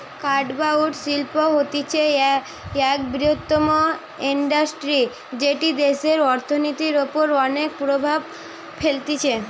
কাঠ বা উড শিল্প হতিছে এক বৃহত্তম ইন্ডাস্ট্রি যেটি দেশের অর্থনীতির ওপর অনেক প্রভাব ফেলতিছে